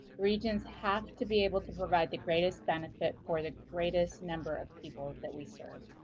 regions have to be able to provide the greatest benefit for the greatest number of people that we serve.